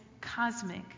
cosmic